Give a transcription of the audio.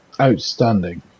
Outstanding